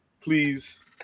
please